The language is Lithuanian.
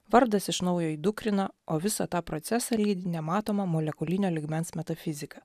vardas iš naujo įdukrina o visą tą procesą lydi nematoma molekulinio lygmens metafizika